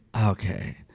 okay